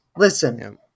Listen